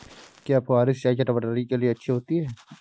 क्या फुहारी सिंचाई चटवटरी के लिए अच्छी होती है?